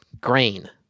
grain